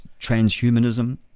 transhumanism